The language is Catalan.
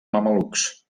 mamelucs